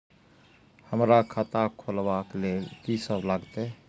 हमरा खाता खुलाबक लेल की सब लागतै?